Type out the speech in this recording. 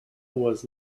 was